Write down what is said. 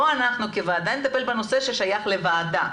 בוא אנחנו כוועדה נטפל בנושאים של הוועדה.